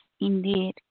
indeed